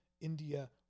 India